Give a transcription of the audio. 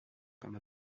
comme